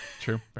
true